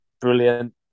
brilliant